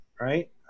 right